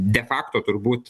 de facto turbūt